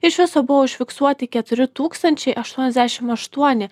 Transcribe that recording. iš viso buvo užfiksuoti keturi tūkstančiai aštuoniasdešim aštuoni